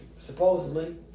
supposedly